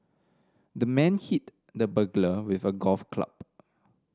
the man hit the burglar with a golf club